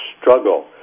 struggle